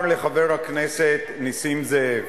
לבין חבר הכנסת גילאון.